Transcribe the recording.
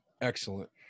excellent